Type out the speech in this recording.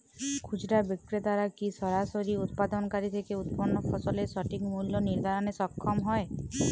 খুচরা বিক্রেতারা কী সরাসরি উৎপাদনকারী থেকে উৎপন্ন ফসলের সঠিক মূল্য নির্ধারণে সক্ষম হয়?